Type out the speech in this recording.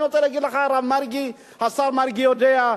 אני רוצה להגיד לך, הרב מרגי, השר מרגי יודע.